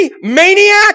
maniac